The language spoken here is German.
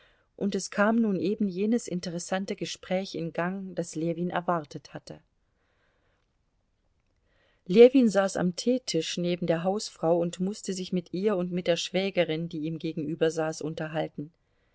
und es kam nun eben jenes interessante gespräch in gang das ljewin erwartet hatte ljewin saß am teetisch neben der hausfrau und mußte sich mit ihr und mit der schwägerin die ihm gegenübersaß unterhalten